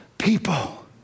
People